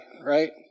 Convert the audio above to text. right